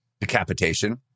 Decapitation